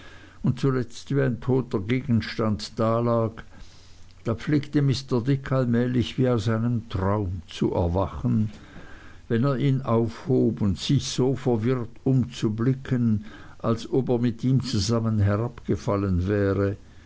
und zuletzt wie ein toter gegenstand dalag da pflegte mr dick allmählich wie aus einem traum zu erwachen wenn er ihn aufhob und sich so verwirrt umzublicken als ob er mit ihm zusammen herabgefallen wäre